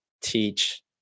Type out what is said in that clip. teach